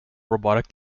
robotic